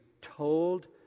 told